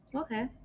Okay